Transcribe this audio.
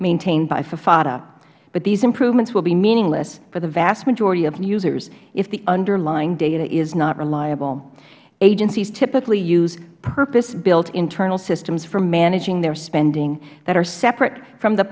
maintained by ffata but these improvements will be meaningless for the vast majority of users if the underlying data is not reliable agencies typically use purpose built internal systems for managing their spending that are separate from the